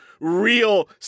real